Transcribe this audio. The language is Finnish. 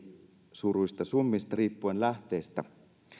erisuuruisista summista riippuen lähteestä